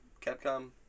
Capcom